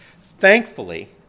Thankfully